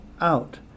out